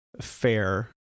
fair